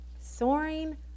Soaring